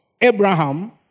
Abraham